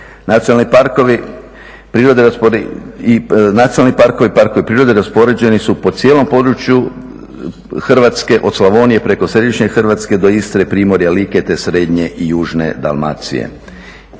Nacionalni parkovi i parkovi prirode raspoređeni su po cijelom području Hrvatske, od Slavonije preko središnje Hrvatske do Istre, Primorja, Like te srednje i južne Dalmacije.